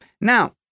Now